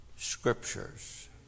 scriptures